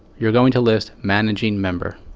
you're going to list managing member.